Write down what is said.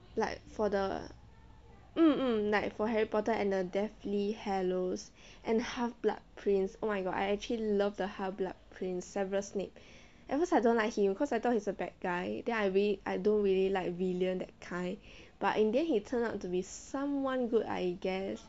like for the mm mm for harry potter and the deathly hallows and half blood prince oh my god I actually love the half blood prince severus snape at first I don't like him cause I thought he's a bad guy then I re~ I don't really like villian that kind but in the end he turned out to be someone good I guess